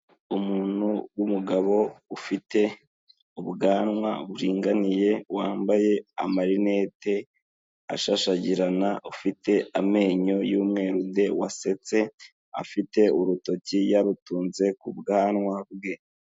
Umuntu w'umugabo ufite ubwanwa buringaniye, wambaye amarinete ashashagirana, ufite amenyo y'umweru de, wasetse, afite urutoki, yarutunze ku bwanwa bwe.